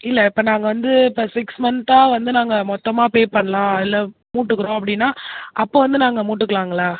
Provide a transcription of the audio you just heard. இல்லை இப்போ நாங்கள் வந்து இப்போ சிக்ஸ் மன்த்தாக வந்து நாங்கள் மொத்தமாக பே பண்ணலாம் இல்லை மூட்டுக்கிறோம் அப்படினா அப்போ வந்து நாங்கள் மூட்டுக்குலாங்களா